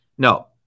No